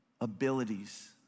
abilities